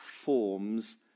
forms